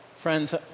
Friends